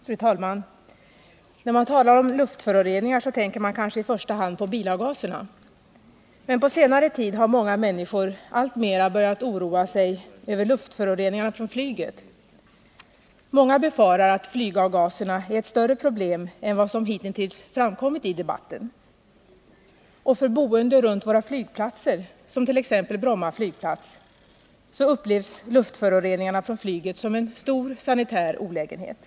Fru talman! När man talar om luftföroreningar så tänker man kanske i första hand på bilavgaserna. Men på senare tid har många människor alltmera börjat oroa sig över luftföroreningarna från flyget. Många befarar att flygavgaserna är ett större problem än vad som hitintills framkommit i debatten. Och för boende runt våra flygplatser — som t.ex. Bromma flygplats — upplevs luftföroreningarna från flyget som en stor sanitär olägenhet.